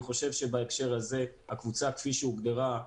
בהקשר הזה, הקבוצה כפי שהוגדרה,